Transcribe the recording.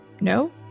no